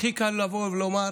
הכי קל לבוא ולומר: